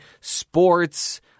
sports